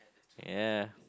ya